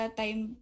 time